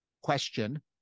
question